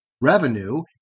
Revenue